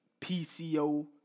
PCO